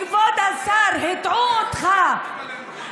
כבוד השר, הטעו אותך.